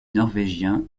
norvégiens